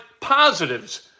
positives